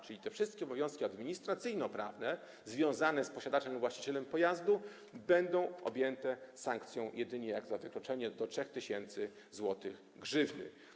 Czyli te wszystkie obowiązki administracyjnoprawne związane z posiadaczem lub właścicielem pojazdu będą objęte sankcją jedynie jak za wykroczenie, do 3 tys. zł grzywny.